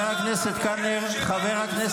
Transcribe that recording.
הבוס שלך דיבר על בגידה לפני שבוע.